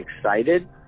excited